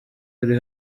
uri